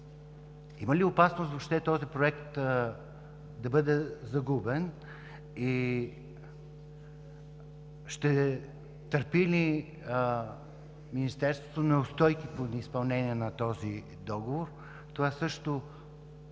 Има ли опасност въобще този проект да бъде загубен и ще търпи ли Министерството неустойки по изпълнение на този договор? На това също